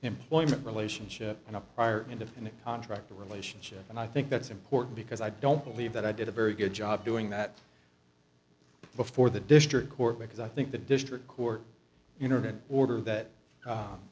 employment relationship and a prior independent contractor relationship and i think that's important because i don't believe that i did a very good job doing that before the district court because i think the district court you know in order that